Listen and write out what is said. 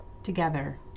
Together